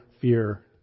fear